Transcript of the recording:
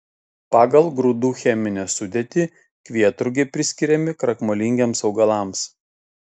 pagal grūdų cheminę sudėtį kvietrugiai priskiriami krakmolingiems augalams